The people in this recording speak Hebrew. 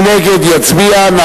מי נגד, יצביע.